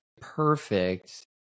perfect